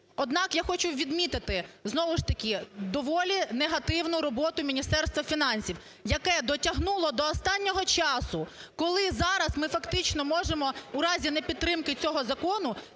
Однак я хочу відмітити знову ж таки доволі негативну роботу Міністерства фінансів, яке дотягнуло до останнього часу. Коли зараз ми фактично можемо, у разі непідтримки цього закону,